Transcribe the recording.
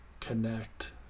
connect